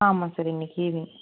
ஆமாம் சார் இன்னிக்கு ஈவ்னிங்